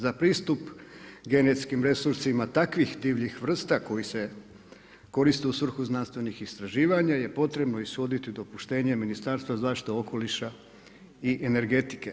Za pristup genetskim resursima takvih divljih vrsta koje se koriste u svrhu znanstvenih istraživanja je potrebno ishoditi dopuštenje Ministarstva zaštite okoliša i energetike.